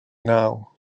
naw